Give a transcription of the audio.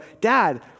Dad